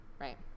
right